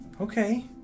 Okay